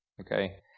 Okay